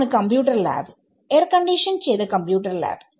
ഇതാണ് computer lab air condition ചെയ്ത computer lab